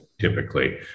typically